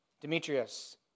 Demetrius